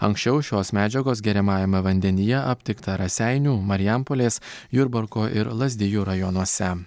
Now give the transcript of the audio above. anksčiau šios medžiagos geriamajame vandenyje aptikta raseinių marijampolės jurbarko ir lazdijų rajonuose